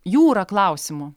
jūra klausimų